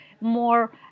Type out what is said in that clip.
more